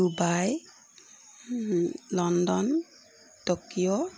Dubai London Tokyo